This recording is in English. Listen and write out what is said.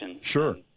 Sure